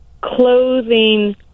clothing